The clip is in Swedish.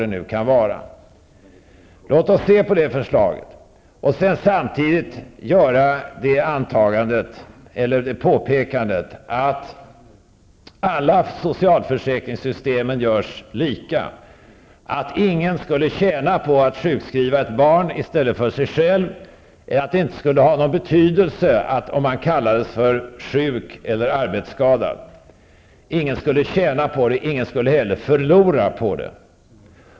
Låt oss alltså beakta det förslaget samtidigt som påpekandet görs att alla socialförsäkringssystem görs lika, så att ingen skulle tjäna på att sjukskriva ett barn i stället för sig själv. Det skulle inte ha någon betydelse om man kallades för sjuk eller för arbetsskadad. Ingen skulle tjäna på det. Ingen skulle heller förlora på det.